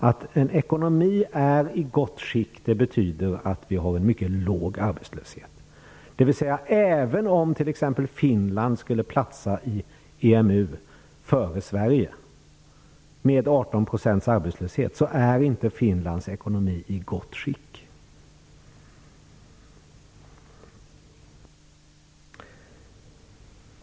Att ekonomin är i gott skick betyder att vi har en mycket låg arbetslöshet. Även om t.ex. Finland, med 18 % arbetslöshet, skulle platsa i EMU före Sverige är alltså Finlands ekonomi inte i gott skick.